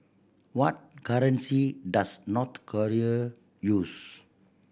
what currency does North Korea use